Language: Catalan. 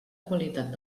qualitat